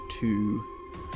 two